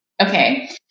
Okay